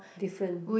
different